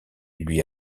lui